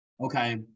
okay